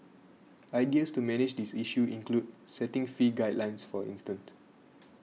ideas to manage this issue include setting fee guidelines for instance